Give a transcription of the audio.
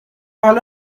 حالا